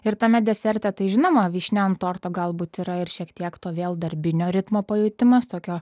ir tame deserte tai žinoma vyšnia ant torto galbūt yra ir šiek tiek to vėl darbinio ritmo pajutimas tokio